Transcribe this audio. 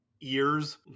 ears